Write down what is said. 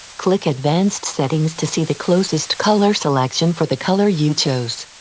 click advanced settings to see the closest color selection for the color you chose.